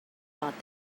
thought